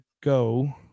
go